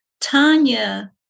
Tanya